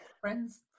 friends